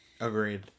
Agreed